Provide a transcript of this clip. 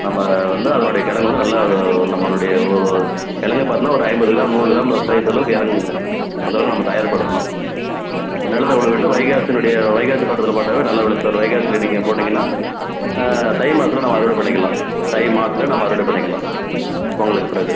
நம்ம வந்து அதனுடைய கெழங்கு வந்து நல்லா நம்மனுடைய ஒரு கெழங்கே பார்த்தோம்னா ஒரு ஐம்பது கிராம் நூறு கிராம் ஸைஸ் அளவுக்கு இறங்கணுங்க அந்தளவுக்கு நம்ம தயார்படுத்தணும் நிலத்த உழுதுட்டு வைகாசியினுடைய வைகாசி பட்டத்தில் போட்டாலே நல்ல விளைச்சல் வரும் வைகாசியில் நீங்கள் போட்டீங்கன்னால் தை மாசத்தில் நம்ம அறுவடை பண்ணிக்கலாம் தை மாசத்தில் நம்ம அறுவடை பண்ணிக்கலாம் பொங்கலுக்கு பிறகு